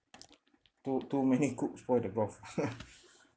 too too many cooks spoil the broth